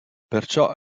perciò